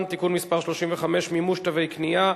(תיקון מס' 35) (מימוש תווי קנייה),